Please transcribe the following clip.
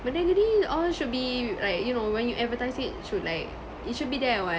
benda gini all should be like you know when you advertise it should like it should be there [what]